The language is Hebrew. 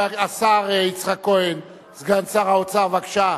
השר יצחק כהן, סגן שר האוצר, בבקשה,